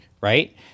right